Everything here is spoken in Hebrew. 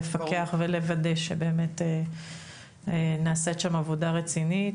לפקח ולוודא שבאמת נעשית שם עבודה רצינית